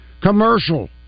commercial